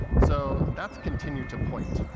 so that's continued to point.